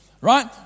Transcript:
right